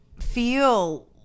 feel